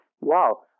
Wow